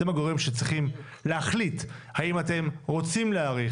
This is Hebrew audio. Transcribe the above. אתם הגורם שצריכים להחליט האם אתם רוצים להאריך,